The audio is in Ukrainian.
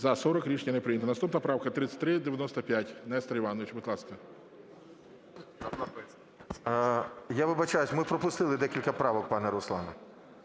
За-40 Рішення не прийнято. Наступна правка 3395. Нестор Іванович, будь ласка. 18:15:50 ШУФРИЧ Н.І. Я вибачаюся, ми пропустили декілька правок, пане Руслане.